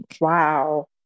Wow